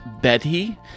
Betty